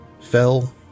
Fell